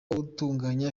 utunganya